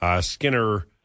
Skinner